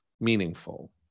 meaningful